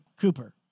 Cooper